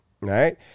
Right